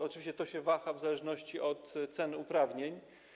Oczywiście to się waha w zależności od ceny uprawnień.